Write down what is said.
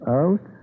out